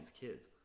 kids